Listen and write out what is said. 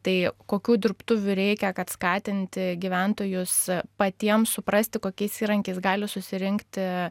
tai kokių dirbtuvių reikia kad skatinti gyventojus patiem suprasti kokiais įrankiais gali susirinkti